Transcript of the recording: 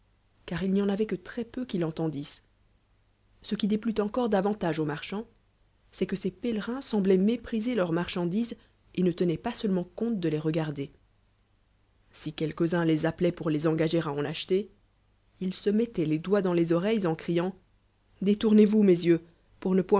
car il n'yen avoit que très pell qui l'entendissent ce qui déplut encore davantage aux marchands c'est que ces pélerinssembloient mépriser leur marchandises et ne tenoient pas seulement compte le les régarder si quelques uds les appeloient pour les engager à en acheter ils se mettoient les doigts dans les oreilles en criant détournez vous mes yeux pont